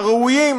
הראויים,